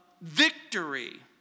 victory